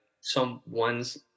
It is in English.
someone's